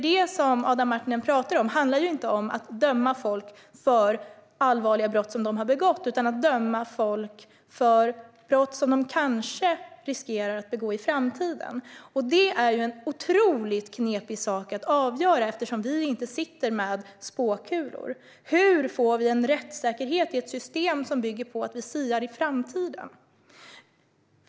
Det som Adam Marttinen pratar om handlar ju inte om att döma folk för allvarliga brott som de har begått, utan det handlar om att döma folk för brott som de kanske riskerar att begå i framtiden. Det är en otroligt knepig sak att avgöra eftersom vi inte sitter med spåkulor. Hur får vi en rättssäkerhet i ett system som bygger på att vi siar om framtiden?